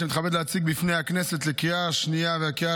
אני מתכבד להציג בפני הכנסת לקריאה השנייה ולקריאה